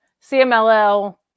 CMLL